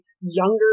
Younger